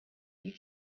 you